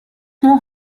know